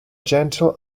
gentle